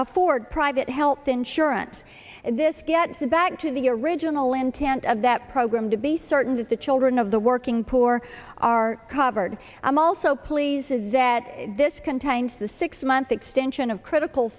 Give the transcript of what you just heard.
fford private health insurance and this gets back to the original intent of that program to be certain that the children of the working poor are covered i'm also pleased that this contains the six month extension of critical